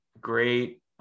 great